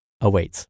awaits